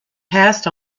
passed